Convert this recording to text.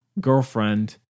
girlfriend